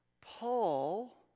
Paul